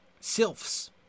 sylphs